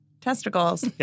testicles